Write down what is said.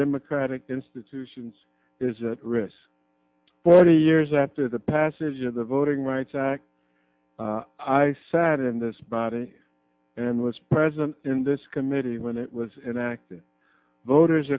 democratic institutions is that risk forty years after the passage of the voting rights act i sat in this body and was present in this committee when it was enacted voters